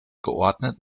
geordnet